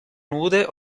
nude